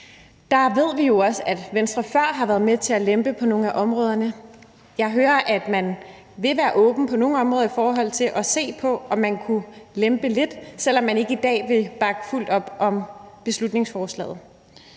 Vi ved jo også, at Venstre før har været med til at lempe på nogle af områderne, og jeg hører, at man på nogle områder vil være åben i forhold til at se på, om man kunne lempe lidt, selv om man ikke i dag vil bakke fuldt op om beslutningsforslaget.